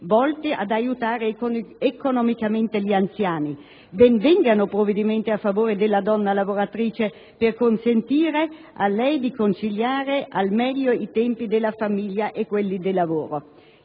volti ad aiutare economicamente gli anziani. Ben vengano provvedimenti a favore della donna lavoratrice, per consentirle di conciliare al meglio i tempi della famiglia con quelli del lavoro.